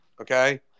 Okay